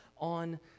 on